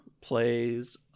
plays